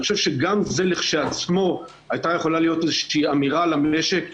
אני חושב שגם זה כשלעצמו היה יכול להיות איזושהי אמירה למשק.